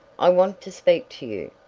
i want to speak to you,